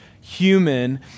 human